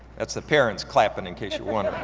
that's the parents clapping in case you're